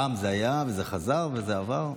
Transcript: פעם זה היה, וזה חזר וזה עבר.